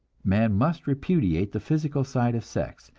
man must repudiate the physical side of sex,